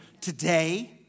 Today